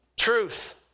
truth